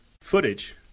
footage